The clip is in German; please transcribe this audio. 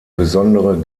besondere